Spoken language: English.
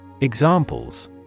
Examples